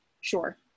sure